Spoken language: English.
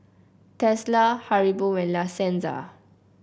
Tesla Haribo and La Senza